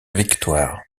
victoires